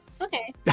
okay